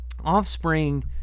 offspring